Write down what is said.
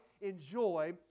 enjoy